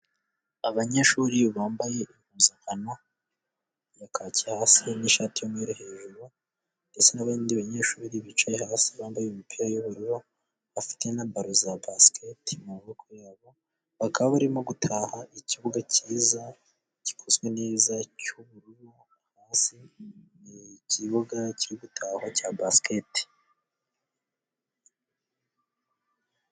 Abanyeshuri bambaye impuzankano yakaki hasi n'ishati y'umweru, hejuru ndetse n'abandi banyeshuri bicaye hasi bambaye imipira y'ubururu, bafite na baro za basiketi mu maboko yabo bakaba barimo gutaha ikibuga cyiza gikozwe neza cy'ubururu hasi ikibuga kiri gutahwa cya basiketi.